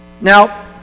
Now